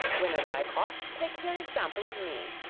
winne thy cost, take here example of me.